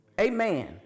Amen